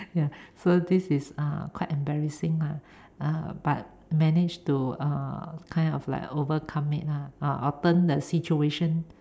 ya so this is uh quite embarrassing lah uh but managed to uh kind of overcome it ah or turn the situation